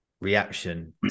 reaction